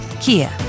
Kia